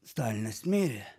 stalinas mirė